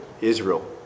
Israel